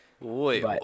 Wait